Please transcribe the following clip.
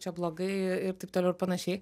čia blogai ir taip toliau ir panašiai